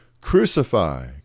Crucify